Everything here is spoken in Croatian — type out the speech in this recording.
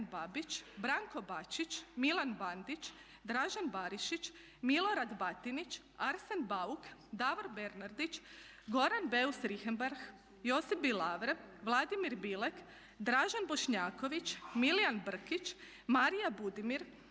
Babić, Branko Bačić, Milan Bandić, Dražen Barišić, Milorad Batinić, Arsen Bauk, Davor Bernardić, Goran Beus Richembergh, Josip Bilaver, Vladimir Bilek, Dražen Bošnjaković, Milijan Brkić, Marija Budimir,